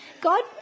God